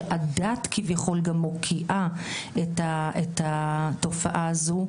שהדת כביכול גם מוקיעה את התופעה הזו,